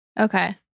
okay